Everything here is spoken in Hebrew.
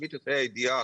להשמיט את ה' הידיעה